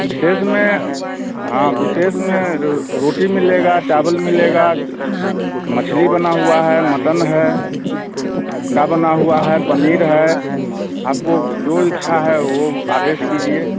विशेष में हाँ विशेष में रोटी मिलेगा चावल मिलेगा मछली बना हुआ है मटन है अंडा बना हुआ है पनीर है आपको जो इच्छा है वह आदेश कीजिए